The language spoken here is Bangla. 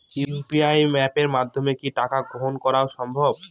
ইউ.পি.আই অ্যাপের মাধ্যমে কি টাকা গ্রহণ করাও সম্ভব?